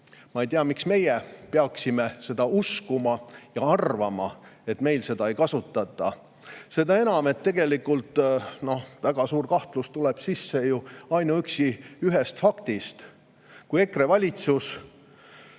Ma ei tea, miks meie peaksime uskuma ja arvama, et meil seda ei tehta. Seda enam, et väga suur kahtlus tuleb sisse ju ainuüksi ühe fakti tõttu. EKRE valitsus,